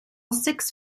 six